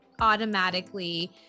automatically